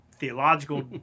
theological